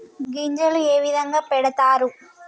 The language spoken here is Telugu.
గింజలు ఏ విధంగా పెడతారు?